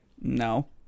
No